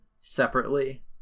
separately